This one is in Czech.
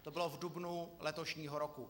To bylo v dubnu letošního roku.